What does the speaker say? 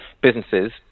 businesses